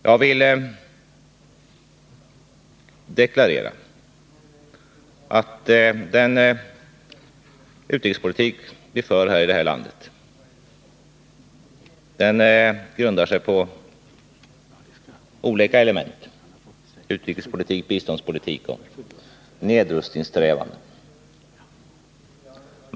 Jag vill deklarera att den utrikespolitik vi för i det här landet grundar sig på olika element — utrikespolitik, biståndspolitik och nedrustningssträvanden.